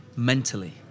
mentally